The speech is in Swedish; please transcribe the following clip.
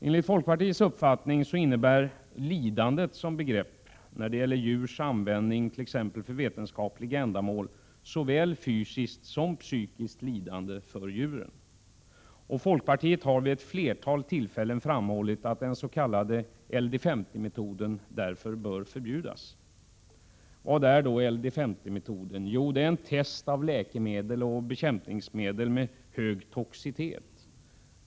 Enligt folkpartiets uppfattning innebär lidande som begrepp när det gäller djurs användning t.ex. för vetenskapliga ändamål såväl fysiskt som psykiskt lidande för djuren. Folkpartiet har vid ett flertal tillfällen framhållit att den s.k. LD 50-metoden därför bör förbjudas. Vad är då LD 50-metoden? Jo, det är ett test av läkemedel och bekämpningsmedel med hög toxicitet.